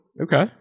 Okay